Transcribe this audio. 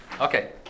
Okay